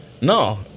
no